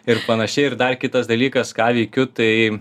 ir panašiai ir dar kitas dalykas ką veikiu tai